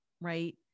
right